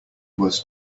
was